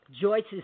Joyce's